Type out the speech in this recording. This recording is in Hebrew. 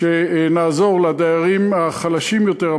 שנעזור לדיירים החלשים יותר,